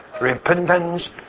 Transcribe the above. repentance